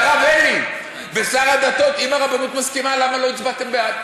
אז הרב אלי, אם הרבנות מסכימה, למה לא הצבעתם בעד?